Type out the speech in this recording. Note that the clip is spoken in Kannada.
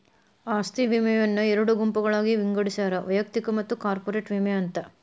ಆಸ್ತಿ ವಿಮೆಯನ್ನ ಎರಡು ಗುಂಪುಗಳಾಗಿ ವಿಂಗಡಿಸ್ಯಾರ ವೈಯಕ್ತಿಕ ಮತ್ತ ಕಾರ್ಪೊರೇಟ್ ವಿಮೆ ಅಂತ